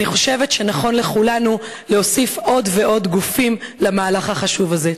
אני חושבת שנכון לכולנו להוסיף עוד ועוד גופים למהלך החשוב הזה.